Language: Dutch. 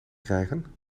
krijgen